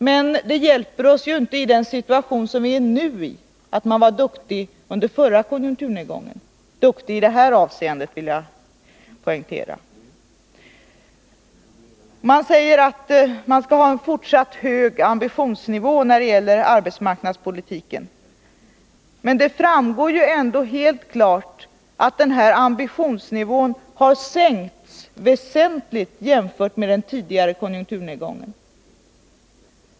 Men det hjälper oss inte i det nu aktuella läget att man var duktig under förra konjunkturnedgången — duktig i det här avseendet, vill jag poängtera. En fortsatt hög arbetsmarknadspolitisk ambition skall man ha, säger utskottsmajoriteten, men det framgår ju helt klart att ambitionsnivån ändå har sänkts väsentligt nu jämfört med den tidigare konjunkturnedgången.